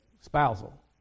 spousal